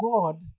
God